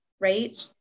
right